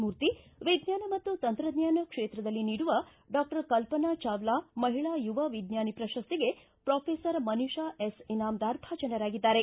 ಮೂರ್ತಿ ವಿಜ್ಞಾನ ಮತ್ತು ತಂತ್ರಜ್ಞಾನ ಕ್ಷೇತ್ರದಲ್ಲಿ ನೀಡುವ ಡಾಕ್ಟರ್ ಕಲ್ಪನಾ ಚಾವ್ಲಾ ಮಹಿಳಾ ಯುವ ವಿಜ್ಞಾನಿ ಪ್ರಶಸ್ತಿಗೆ ಪೊಫೆಸರ್ ಮನೀಶಾ ಎಸ್ ಇನಾಮ್ದರ್ ಭಾಜನರಾಗಿದ್ದಾರೆ